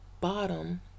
bottom